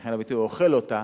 סליחה על הביטוי, אוכל אותה,